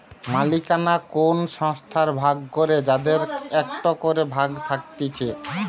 মালিকানা কোন সংস্থার ভাগ করে যাদের একটো করে ভাগ থাকতিছে